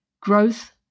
growth